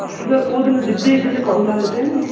sir କେଉଁ ଦିନ ଯିବି ଖାଲି କହିଥାନ୍ତେ ଟିକେ